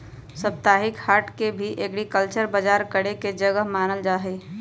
साप्ताहिक हाट के भी एग्रीकल्चरल बजार करे के जगह मानल जा सका हई